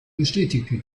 bestätigte